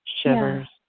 shivers